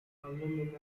alumni